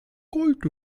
gold